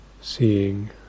seeing